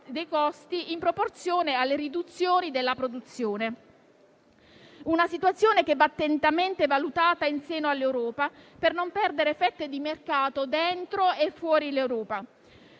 dei costi in proporzione alle riduzioni della produzione. Tale situazione che va attentamente valutata in seno all'Europa per non perdere fette di mercato dentro e fuori l'Europa.